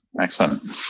Excellent